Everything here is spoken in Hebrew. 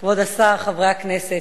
כבוד השר, חברי הכנסת,